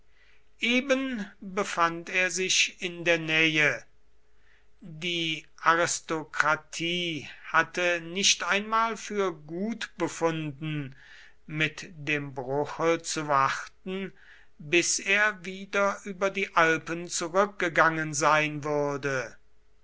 eben befand er sich in der nähe die aristokratie hatte nicht einmal für gut befunden mit dem bruche zu warten bis er wieder über die alpen zurückgegangen sein würde